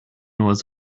was